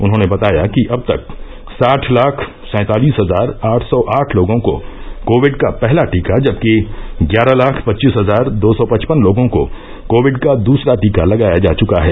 उन्होंने बताया कि अब तक साठ लाख सैंतालीस हजार आठ सौ आठ लोगों को कोविड का पहला टीका जबकि ग्यारह लाख पच्चीस हजार दो सौ पचपन लोगों को कोविड का दूसरा टीका लगाया जा चुका है